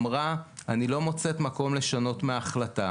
אמרה "..אני לא מוצאת מקום לשנות מההחלטה..".